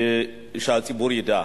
בהחלט, ושהציבור ידע.